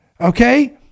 okay